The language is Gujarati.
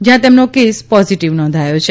જ્યાં તેમનો કેસ પોઝિટિવ નોંધાયો છે